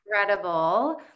incredible